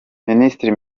minisitiri